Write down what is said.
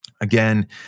Again